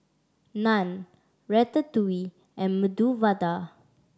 Naan Ratatouille and Medu Vada